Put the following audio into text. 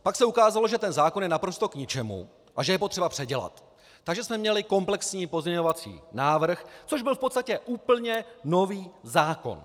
Pak se ukázalo, že ten zákon je naprosto k ničemu a že je potřeba ho předělat, takže jsme měli komplexní pozměňovací návrh, což byl v podstatě úplně nový zákon!